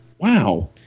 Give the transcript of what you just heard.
Wow